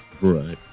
right